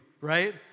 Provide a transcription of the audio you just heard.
right